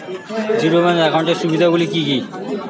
Zero balance একাউন্টের সুবিধা গুলি কি কি?